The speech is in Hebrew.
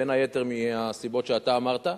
בין היתר מהסיבות שאתה אמרת.